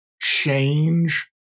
change